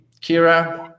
Kira